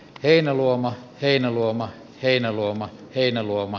heinäluoma heinäluoma heinäluoma heinäluoma